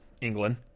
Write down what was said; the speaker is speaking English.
England